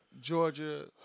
Georgia